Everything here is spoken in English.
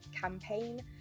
campaign